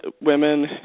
women